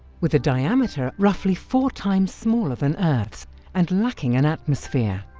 with a diameter roughly four times smaller than earth's and lacking an atmosphere.